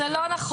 זה לא נכון.